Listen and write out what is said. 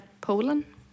Poland